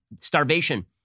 starvation